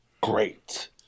Great